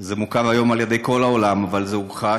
זה מוכר היום על ידי כל העולם, אבל זה הוכחש.